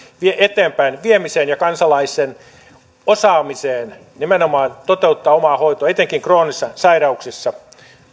eteenpäinviemiseen nimenomaan kansalaisen osaamiseen toteuttaa omaa hoitoaan etenkin kroonisissa sairauksissa